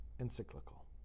encyclical